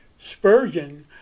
Spurgeon